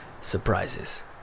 surprises